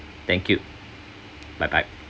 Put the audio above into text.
thank you bye bye